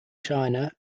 china